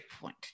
point